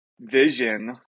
vision